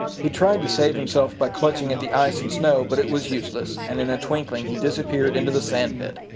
he tried to save himself by clutching at the ice and snow, but it was useless, and in a twinkling he disappeared into the sand pit!